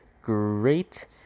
great